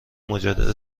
مجدد